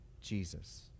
Jesus